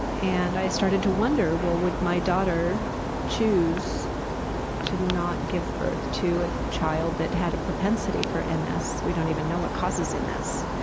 and i started to wonder, well, would my daughter choose to not give birth to a child that had a propensity for m s? we don't even know what causes m s.